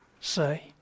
say